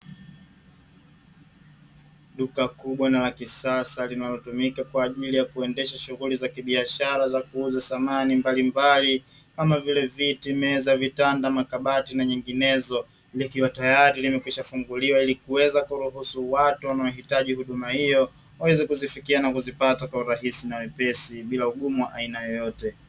Duka kubwa na la kisasa linalotumika kwa ajili ya kuendesha shughuli za kibiashara za kuuza samani mbalimbali kama vile: viti, meza, vitanda, makabati na nyinginezo; likiwa tayali limekwisha funguliwa ili kuweza kuruhusu watu wanaohitaji huduma hiyo waweze kuzifikia na kuzipata kwa urahisi na wepesi bila ugumu wowote.